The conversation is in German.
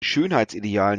schönheitsidealen